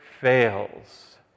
fails